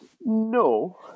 No